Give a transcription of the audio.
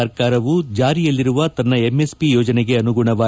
ಸರ್ಕಾರವು ಜಾರಿಯಲ್ಲಿರುವ ತನ್ನ ಎಂ ಎಸ್ ಪಿ ಯೋಜನೆಗೆ ಅನುಗುಣವಾಗಿ